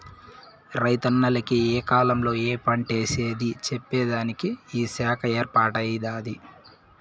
రైతన్నల కి ఏ కాలంలో ఏ పంటేసేది చెప్పేదానికి ఈ శాఖ ఏర్పాటై దాది